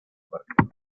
partido